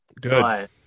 Good